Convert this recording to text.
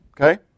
Okay